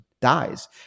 dies